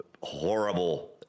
horrible